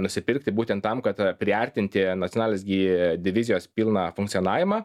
nusipirkti būtent tam kad priartinti nacionalės gi divizijos pilną funkcionavimą